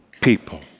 people